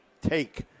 Take